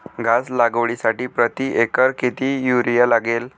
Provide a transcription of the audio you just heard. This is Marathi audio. घास लागवडीसाठी प्रति एकर किती युरिया लागेल?